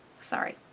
Sorry